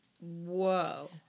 Whoa